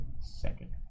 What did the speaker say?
second